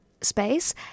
space